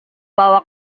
bahwa